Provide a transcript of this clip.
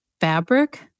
fabric